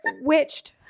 witched